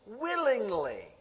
willingly